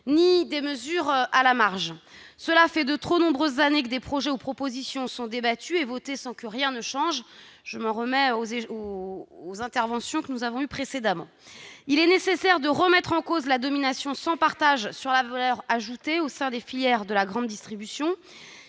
ou de mesures à la marge. Cela fait de trop nombreuses années que des projets ou propositions de loi sont débattus et adoptés sans que rien ne change ! Il n'est qu'à se rappeler les interventions précédentes. Il est nécessaire de remettre en cause la domination sans partage sur la valeur ajoutée au sein des filières de la grande distribution.